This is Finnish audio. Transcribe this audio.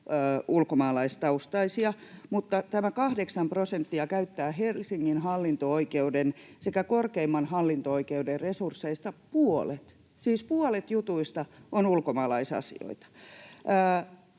ulkomaalaistaustaisia, mutta tämä 8 prosenttia käyttää Helsingin hallinto-oikeuden sekä korkeimman hallinto-oikeuden resursseista puolet. Siis puolet jutuista on ulkomaalaisasioita.